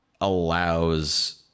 allows